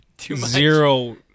zero